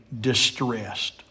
distressed